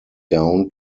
down